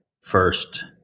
first